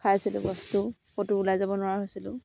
খাইছিলোঁ বস্তু ক'তো ওলাই যাব নোৱাৰা হৈছিলোঁ